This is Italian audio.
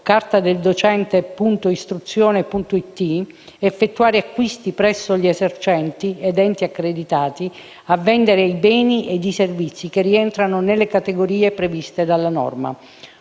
cartadeldocente.istruzione.it, effettuare acquisti presso gli esercenti ed enti accreditati a vendere i beni ed i servizi che rientrano nelle categorie previste dalla norma.